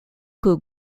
que